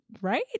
Right